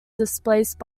displaced